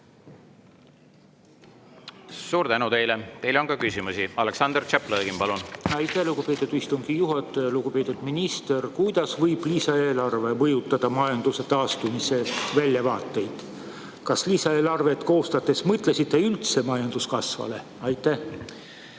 Suur tänu teile! Teile on ka küsimusi. Aleksandr Tšaplõgin, palun! Aitäh, lugupeetud istungi juhataja! Lugupeetud minister! Kuidas võib lisaeelarve mõjutada majanduse taastumise väljavaateid? Kas lisaeelarvet koostades mõtlesite üldse majanduskasvule? Aitäh!